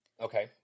Okay